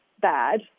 bad